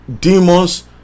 demons